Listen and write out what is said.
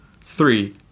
Three